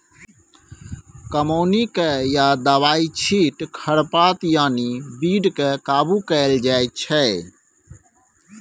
कमौनी कए या दबाइ छीट खरपात यानी बीड केँ काबु कएल जाइत छै